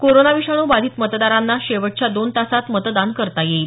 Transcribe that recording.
corona विषाणू बाधित मरदारांना शेवटच्या दोन तासात मतदान करता येईल